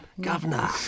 Governor